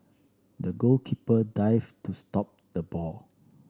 the goalkeeper dived to stop the ball